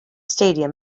stadium